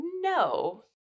No